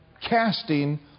Casting